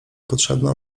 potrzebna